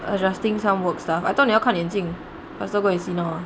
adjusting some work stuff I thought 你要看眼镜 faster go and see now ah